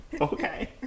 Okay